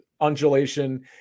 undulation